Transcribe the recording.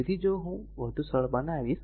તેથી જો હું જો હું વધુ સરળ બનાવીશ